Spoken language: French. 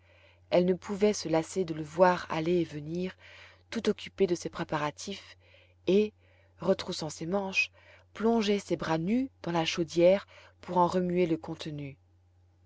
elle ne pouvait se lasser de le voir aller et venir tout occupé de ses préparatifs et retroussant ses manches plonger ses bras nus dans la chaudière pour en remuer le contenu